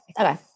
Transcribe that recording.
Okay